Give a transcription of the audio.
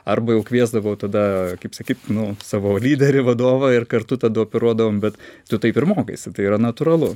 arba jau kviesdavau tada kaip sakyt nu savo lyderį vadovą ir kartu tada operuodavom bet tu taip ir mokaisi tai yra natūralu